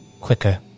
quicker